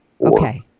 Okay